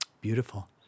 Beautiful